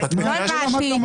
מה שהוא אמר,